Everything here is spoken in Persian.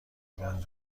دارم